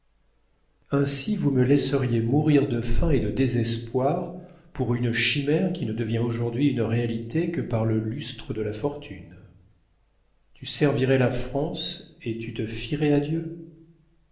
ainsi vous me laisseriez mourir de faim et de désespoir pour une chimère qui ne devient aujourd'hui une réalité que par le lustre de la fortune tu servirais la france et tu te fierais à dieu